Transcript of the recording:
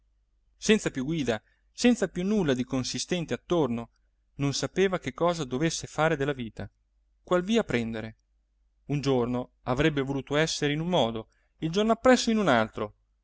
senza più guida senza più nulla di consistente attorno non sapeva che cosa dovesse fare della vita qual via prendere un giorno avrebbe voluto essere in un modo il giorno appresso in un altro